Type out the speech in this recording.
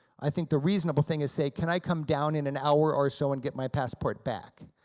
i think the reasonable thing is say, can i come down in an hour or so and get my passport back?